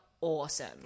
awesome